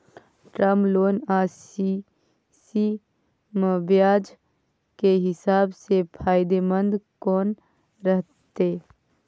Term loan आ CC म ब्याज के हिसाब से फायदेमंद कोन रहते?